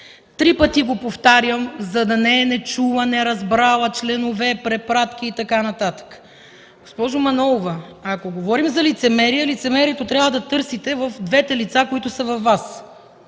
Три пъти го повтарям, за да не е нечула, неразбрала членове, препратки и така нататък. Госпожо Манолова, ако говорим за лицемерие, лицемерие трябва да търсите в двете лица, които са във Вас.